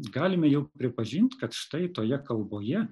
galime jau pripažinti kad štai toje kalboje